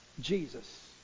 Jesus